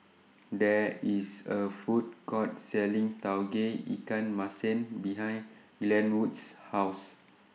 There IS A Food Court Selling Tauge Ikan Masin behind Glenwood's House